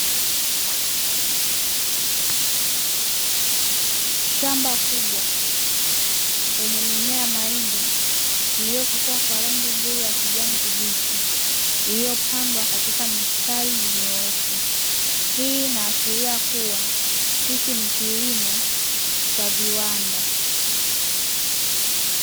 Shamba kubwa lenye mimea ya mahindi iliyo chipua kwa rangi nzuri ya kijani kibichi, iliyopandwa katika mistari minyoofu. Hii inaashiria kuwa hichi ni kilimo cha viwanda.